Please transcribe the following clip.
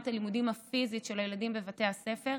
הלימודים הפיזית של הילדים בבתי הספר.